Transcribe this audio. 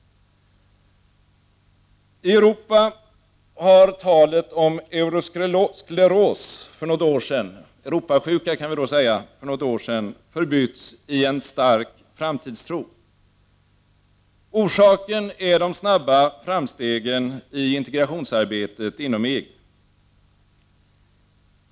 I Europa har talet om euroskleros för några år sedan förbytts i en stark framtidstro. Orsaken är de snabba framstegen i integrationsarbetet inom EG.